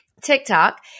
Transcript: TikTok